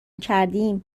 کردیم